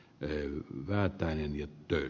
ey väätäinen ja työr